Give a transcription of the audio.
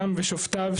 גם בשופטיו,